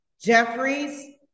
Jeffries